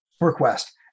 request